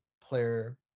player